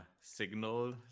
signal